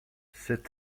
sept